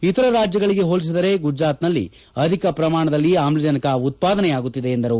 ಇತರ ರಾಜ್ಲಗಳಿಗೆ ಹೋಲಿಸಿದರೆ ಗುಜರಾತ್ನಲ್ಲಿ ಅಧಿಕ ಪ್ರಮಾಣದಲ್ಲಿ ಆಮ್ಲಜನಕ ಉತ್ವಾದನೆಯಾಗುತ್ತಿದೆ ಎಂದರು